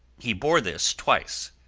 he bore this twice.